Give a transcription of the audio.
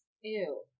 Ew